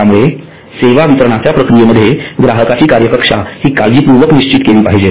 त्यानुसार सेवा वितरणाच्या प्रक्रियेमध्ये ग्राहकांची कार्यकक्षा हि काळजीपूर्वक निश्चित केली पाहिजे